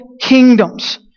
kingdoms